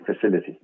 facility